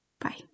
Bye